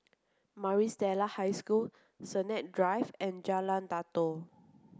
Maris Stella High School Sennett Drive and Jalan Datoh